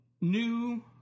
new